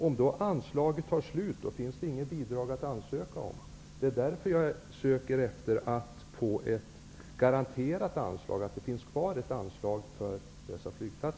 Om anslaget tar slut, finns det inget bidrag att ansöka om. Jag skulle därför önska att anslaget var så konstruerat att flygplatserna i fråga var garanterade ett bidrag.